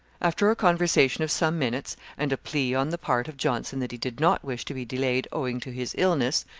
after a conversation of some minutes, and a plea on the part of johnson that he did not wish to be delayed owing to his illness,